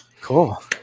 Cool